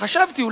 חשבתי,